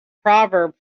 proverb